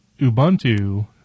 Ubuntu